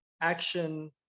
action